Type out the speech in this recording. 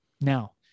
Now